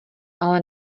ale